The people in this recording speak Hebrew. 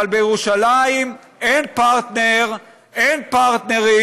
אבל בירושלים אין פרטנר, אין פרטנרים.